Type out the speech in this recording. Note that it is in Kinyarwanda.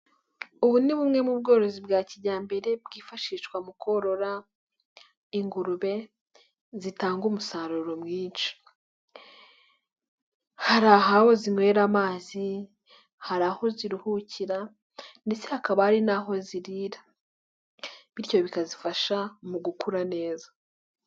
Ubu ni bumwe mu bworozi bwa kijyambere bwifashishwa mu korora ingurube zitanga umusaruro mwinshi, hari aho zinywera amazi, hari aho ziruhukira ndetse hakaba hari n'aho zirira, bityo bikazifasha mu gukura neza.